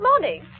morning